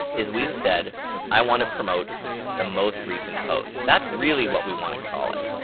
is we've said i want to promote the most recent post. that's really what we want to call it,